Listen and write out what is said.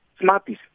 smarties